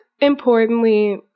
importantly